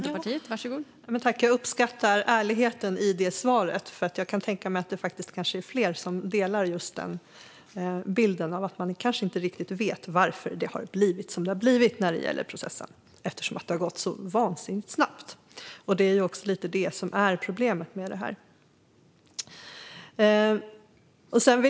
Fru talman! Jag uppskattar ärligheten i det svaret. Jag kan tänka mig att fler delar bilden att man kanske inte riktigt vet varför det har blivit som det har blivit i processen, eftersom det har gått vansinnigt snabbt. Det är också lite av problemet.